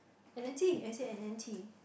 and N_T I said and N_T